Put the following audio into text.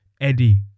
Eddie